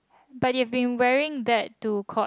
but it've been wearing that to court